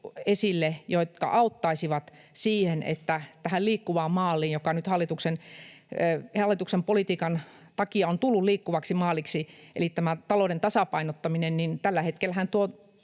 esille, jotka auttaisivat siihen, että osuttaisiin tähän liikkuvaan maaliin — joka nyt hallituksen politiikan takia on tullut liikkuvaksi maaliksi. Eli tähän talouden tasapainottamiseenhan ei tällä hetkellä tuo